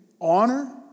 honor